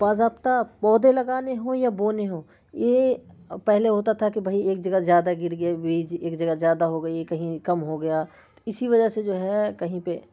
باضابطہ پودے لگانے ہوں یا بونے ہوں یہ پہلے ہوتا تھا کہ بھئی ایک جگہ زیادہ گر گئے بیج ایک جگہ زیادہ ہو گئی ہے کہیں کم ہو گیا اسی وجہ سے جو ہے کہیں پہ